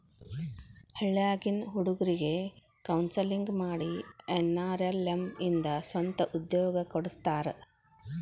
ಹಳ್ಳ್ಯಾಗಿನ್ ಹುಡುಗ್ರಿಗೆ ಕೋನ್ಸೆಲ್ಲಿಂಗ್ ಮಾಡಿ ಎನ್.ಆರ್.ಎಲ್.ಎಂ ಇಂದ ಸ್ವಂತ ಉದ್ಯೋಗ ಕೊಡಸ್ತಾರ